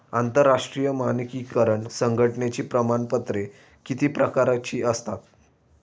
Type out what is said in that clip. आंतरराष्ट्रीय मानकीकरण संघटनेची प्रमाणपत्रे किती प्रकारची असतात?